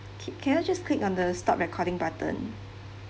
okay can you just click on the start recording button